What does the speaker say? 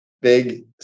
big